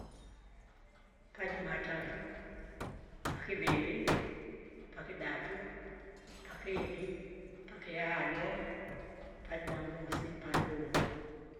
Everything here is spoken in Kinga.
pajumatatu, pakiviri, pakidatu, pakeni, pakinano, pajumamosi, pandungu.